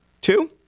Two